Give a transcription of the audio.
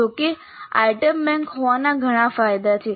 જો કે item bank હોવાના ઘણા ફાયદા છે